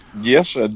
yes